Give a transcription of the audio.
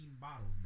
bottles